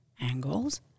angles